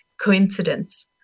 coincidence